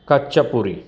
ਕੱਚਾ ਪੁਰੀ